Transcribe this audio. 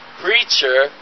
preacher